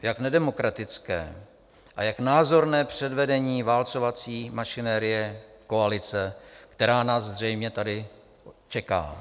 Jak nedemokratické a jak názorné předvedení válcovací mašinérie koalice, která nás zřejmě tady čeká.